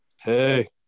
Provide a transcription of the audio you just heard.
Hey